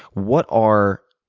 what are